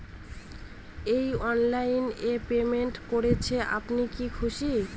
এই অনলাইন এ পেমেন্ট করছেন আপনি কি খুশি?